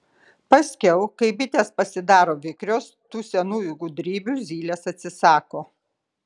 paskiau kai bitės pasidaro vikrios tų senųjų gudrybių zylės atsisako